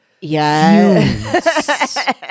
Yes